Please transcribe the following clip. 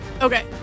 Okay